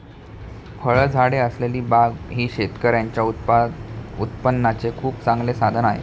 फळझाडे असलेली बाग ही शेतकऱ्यांच्या उत्पन्नाचे खूप चांगले साधन आहे